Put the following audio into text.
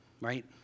right